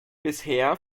bisher